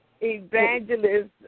evangelist